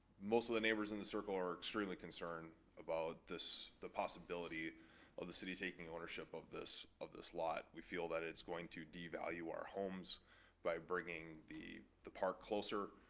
most of the neighbors in the circle are extremely concerned about the possibility of the city taking ownership of this of this lot. we feel that it's going to devalue our homes by bringing the the park closer.